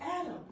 Adam